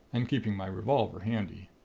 and keeping my revolver handy.